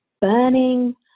burning